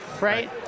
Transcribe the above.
right